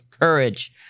courage